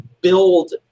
build